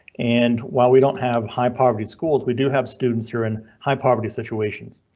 and while we don't have high poverty schools, we do have students here in high poverty situations.